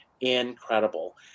incredible